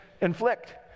inflict